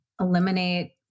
eliminate